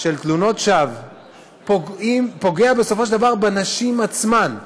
של תלונות שווא פוגעת, בסופו של דבר, בנשים עצמן,